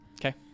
Okay